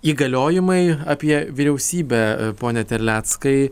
įgaliojimai apie vyriausybę pone terleckai